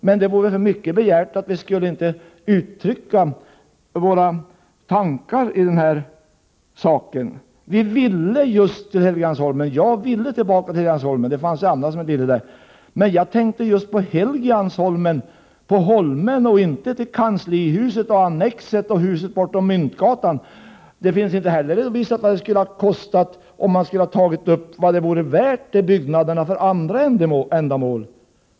Men det vore för mycket begärt, att vi inte skulle få uttrycka våra tankar om saken. Vi ville tillbaka till Helgeandsholmen — även jag. Men jag tänkte just på Helgeandsholmen och inte på kanslihuset, annexet och huset bortom Myntgatan. Det är inte redovisat vad det skulle ha kostat att använda dessa byggnader för annat ändamål.